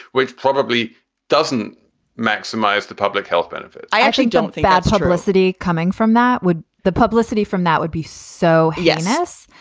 which probably doesn't maximize the public health benefit i actually don't think bad so publicity coming from that. would the publicity from that would be so. yes,